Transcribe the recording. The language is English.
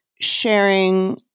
sharing